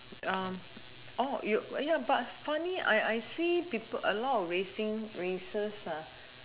um you ya but funny I I see people a lot of racing racers ah